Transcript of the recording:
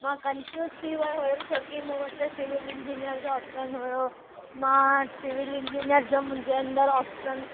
मां कनफ्यूज़ थी वेई हुअमि छोकी मूं वटि सिविल इंजीनियर जो ऑप्शन हुओ मां सिविल इंजीनियर जो मुंहिंजे अंदरि ऑप्शन